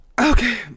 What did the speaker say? okay